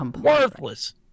Worthless